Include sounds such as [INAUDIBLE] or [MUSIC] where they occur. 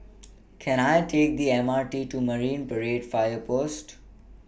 [NOISE] Can I Take The M R T to Marine Parade Fire Post